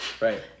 Right